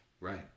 Right